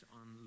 on